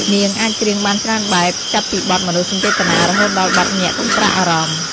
នាងអាចច្រៀងបានច្រើនបែប ចាប់ពីបទមនោសញ្ចេតនា រហូតដល់បទញាក់កន្ត្រាក់អារម្មណ៍។